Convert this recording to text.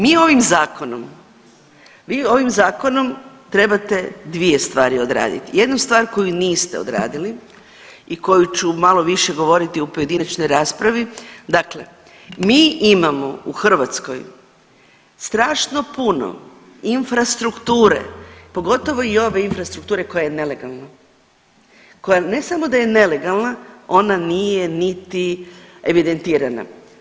Mi ovim zakonom vi ovim zakonom trebate dvije stvari odraditi, jednu stvar koju niste odradili i koju ću malo više govoriti u pojedinačnoj raspravi, dakle mi imamo u Hrvatskoj strašno puno infrastrukture, pogotovo i ove infrastrukture koja je nelegalna, koja ne samo da je nelegalna ona nije niti evidentirana.